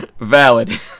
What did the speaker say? Valid